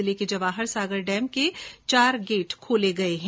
जिले के जवाहर सागर डेम के चार गेट खोले गए हैं